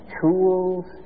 tools